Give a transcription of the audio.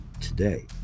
today